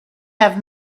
have